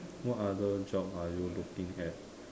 what other job are you looking at